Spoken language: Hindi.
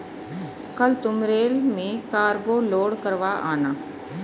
कल तुम रेल में कार्गो लोड करवा आना